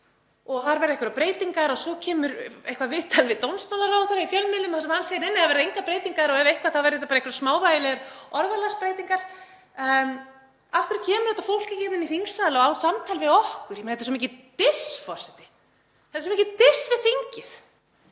að þar verði einhverjar breytingar. Svo kemur eitthvert viðtal við dómsmálaráðherra í fjölmiðlum þar sem hann segir: Nei, nei, það verða engar breytingar. Ef eitthvað þá verða það einhverjar smávægilegar orðalagsbreytingar. Af hverju kemur þetta fólk ekki í þingsal og á samtal við okkur? Þetta er svo mikið „diss“, forseti. Þetta er svo mikið „diss“ við þingið.